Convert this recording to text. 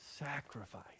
sacrifice